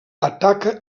ataca